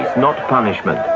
not punishment.